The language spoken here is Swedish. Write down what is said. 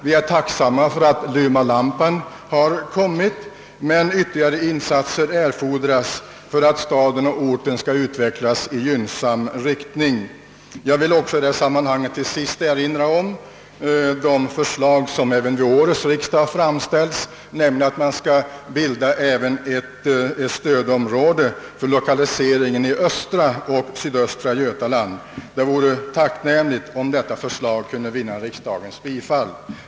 Vi är tacksamma för att vi har fått dit Lumalampan, men ytterligare insatser erfordras för att staden och orten skall utvecklas i gynnsam riktning. Jag vill till sist erinra om det förslag som även vid årets riksdag har framförts, nämligen att ett stödområde skall bildas för lokaliseringen i östra och sydöstra Götaland. Det vore tacknämligt, om detta förslag kunde vinna riksdagens bifall.